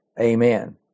Amen